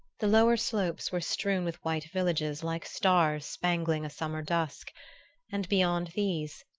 the lower slopes were strewn with white villages like stars spangling a summer dusk and beyond these,